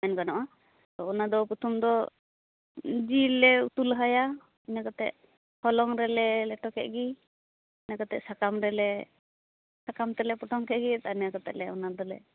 ᱢᱮᱱ ᱜᱟᱱᱚᱜᱼᱟ ᱛᱚ ᱚᱱᱟᱫᱚ ᱯᱚᱛᱷᱚᱢ ᱫᱚ ᱡᱤᱞ ᱞᱮ ᱩᱛᱩ ᱞᱟᱦᱟᱭᱟ ᱤᱱᱟ ᱠᱟᱛᱮᱫ ᱦᱚᱞᱚᱝ ᱨᱮᱞᱮ ᱞᱮᱴᱚ ᱠᱮᱫᱜᱤ ᱤᱱᱟ ᱠᱟᱛᱮ ᱥᱟᱠᱟᱢ ᱨᱮᱞᱮ ᱥᱟᱠᱟᱢ ᱛᱮᱞᱮ ᱯᱚᱴᱚᱢ ᱠᱮᱫᱜᱮ ᱟᱨ ᱤᱱᱟ ᱠᱟᱛᱮ ᱚᱱᱟᱫᱚᱞᱮ